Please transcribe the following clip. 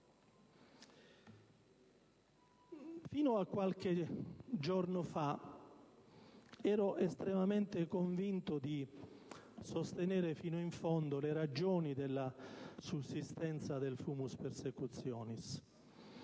Fino a qualche giorno fa ero estremamente convinto di sostenere fino in fondo le ragioni della sussistenza del *fumus persecutionis*,